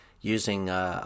using